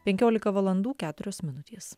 penkiolika valandų keturios minutės